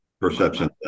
perception